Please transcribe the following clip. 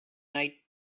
night